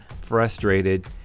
frustrated